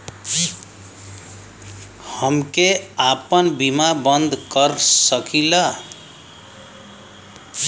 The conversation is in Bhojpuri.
हमके आपन बीमा बन्द कर सकीला?